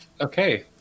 Okay